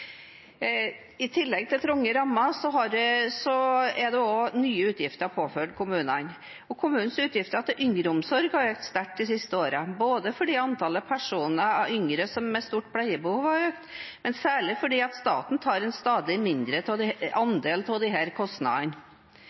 I tillegg til trange rammer er nye utgifter påført kommunene. Kommunenes utgifter til yngreomsorg har økt sterkt de siste årene fordi antallet yngre personer med stort pleiebehov har økt, men særlig fordi staten tar en stadig mindre andel av disse kostnadene. Økt andel til yngreomsorg innenfor helse- og omsorgsbudsjettet betyr nødvendigvis mindre til eldreomsorg, og det ser vi tydelig konsekvensene av